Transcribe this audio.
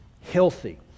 healthy